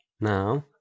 now